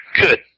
good